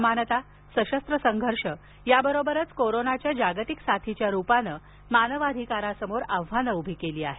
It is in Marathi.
असमानता सशस्त्र संघर्ष याबरोबरच कोरोनाच्या जागतिक साथीच्या रूपानं मानवाधिकारासमोर आव्हानं उभी केली आहेत